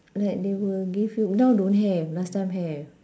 like they will give you now don't have last time have